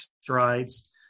strides